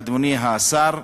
אדוני השר,